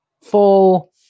full